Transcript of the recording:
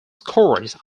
scores